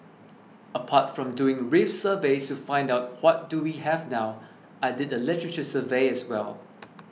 apart from doing reef surveys to find out what do we have now I did a literature survey as well